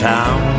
Town